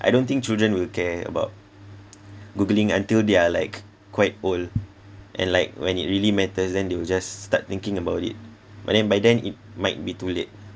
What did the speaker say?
I don't think children will care about googling until they are like quite old and like when it really matters then they will just start thinking about it but then by then it might be too late